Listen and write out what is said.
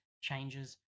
changes